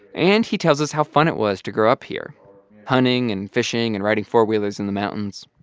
and he tells us how fun it was to grow up here hunting and fishing and riding four wheelers in the mountains.